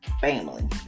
family